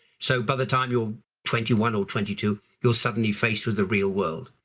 so by the time you're twenty one or twenty two you're suddenly faced with the real world.